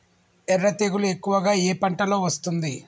ఎర్ర తెగులు ఎక్కువగా ఏ పంటలో వస్తుంది?